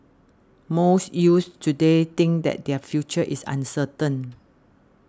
most youths today think that their future is uncertain